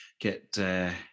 get